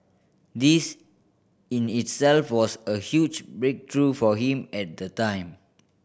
this in itself was a huge breakthrough for him at the time